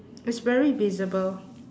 it's very visible